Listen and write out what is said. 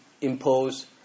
impose